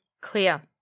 clear